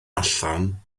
allan